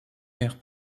maire